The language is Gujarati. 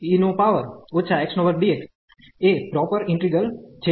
કારણ કે એ પ્રોપર ઈન્ટિગ્રલ છે